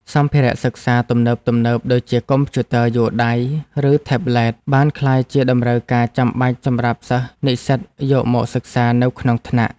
សម្ភារៈសិក្សាទំនើបៗដូចជាកុំព្យូទ័រយួរដៃ ឬថេប្លេតបានក្លាយជាតម្រូវការចាំបាច់សម្រាប់សិស្សនិស្សិតយកមកសិក្សានៅក្នុងថ្នាក់។